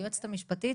היועצת המשפטית